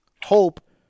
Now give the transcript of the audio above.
hope